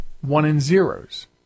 one-and-zeros